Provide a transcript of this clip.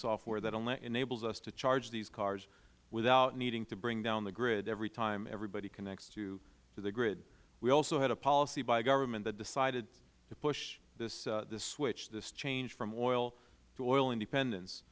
software that enables us to charge these cars without needing to bring down the grid every time everybody connects to the grid we also had a policy by government that decided to push this switch this change from oil to oil independence